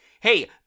Hey